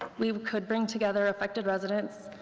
we could bring together affected residents,